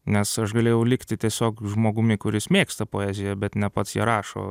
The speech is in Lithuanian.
nes aš galėjau likti tiesiog žmogumi kuris mėgsta poeziją bet ne pats ją rašo